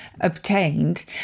obtained